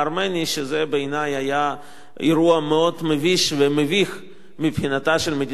שזה בעיני היה אירוע מאוד מביש ומביך מבחינתה של מדינת ישראל.